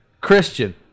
Christian